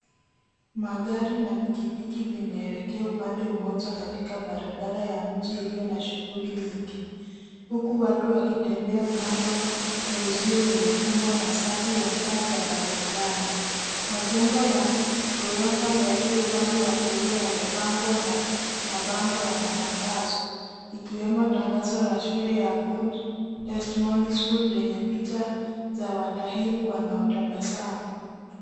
Magari na pikipiki vinaelekea upande mmoja katika barabara ya mji iliyo na shughuli nyingi huku watu wakitembea kando ya uzio uliofungwa na safu ya taa za barabarani. Majengo ya ghorofa yaliyo upande wa kulia yamepangwa na mabango ya matangazo ikiwemo tangazo la shule ya Good Testimony School lenye picha za watahini wanaotabasamu.